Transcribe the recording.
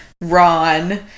Ron